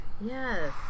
Yes